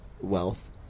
wealth